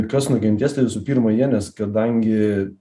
ir kas nukentės tai visų pirma jie nes kadangi